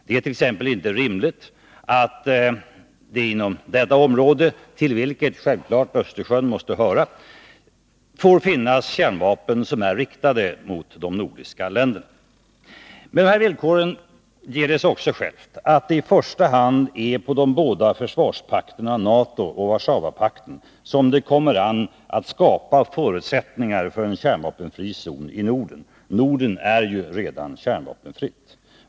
Det är t.ex. inte rimligt att det inom detta område, till vilket självfallet Östersjön måste höra, får finnas kärnvapen som är riktade mot de nordiska länderna. Med de här villkoren ger det sig också självt att det i första hand kommer an på de båda försvarspakterna NATO och Warszawapakten att skapa förutsättningar för en kärnvapenfri zon i Norden. Norden är ju redan kärnvapenfritt.